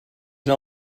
can